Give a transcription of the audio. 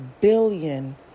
billion